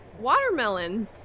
Watermelon